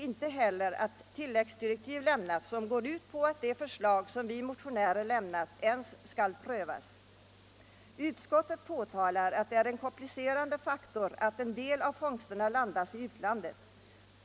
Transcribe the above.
Inte heller har tilläggsdirektiv lämnats som går ut på att de förslag som vi motionärer framställt ens skall prövas. Utskottet påtalar att det är en komplicerande faktor att en del av fångsterna landas i utlandet.